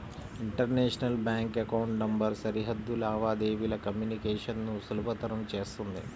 international bank account number సరిహద్దు లావాదేవీల communication ను సులభతరం చేత్తుంది